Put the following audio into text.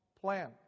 plan